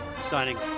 signing